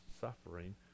suffering